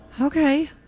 Okay